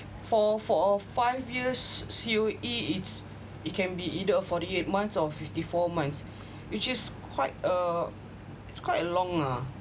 for four or five years C_O_E it's it can be either uh forty eight months or fifty four months which is quite uh it's quite long lah